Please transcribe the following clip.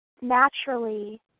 naturally